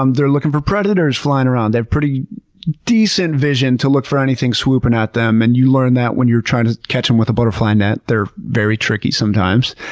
um they're looking for predators flying around. they have pretty decent vision to look for anything swooping at them, and you learn that when you're trying to catch them with a butterfly net. they're very tricky sometimes.